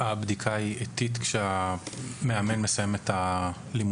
הבדיקה היא איטית כשמאמן מסיים את הלימודים?